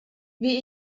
wie